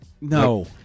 No